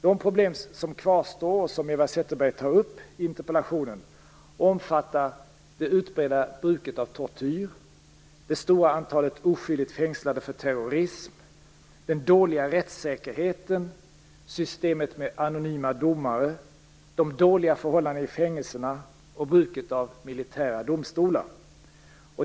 De problem som kvarstår, och som Eva Zetterberg tar upp i interpellationen, omfattar det utbredda bruket av tortyr, det stora antalet oskyldigt fängslade för terrorism, den dåliga rättssäkerheten, systemet med anonyma domare, de dåliga förhållandena i fängelserna och bruket av militära domstolar.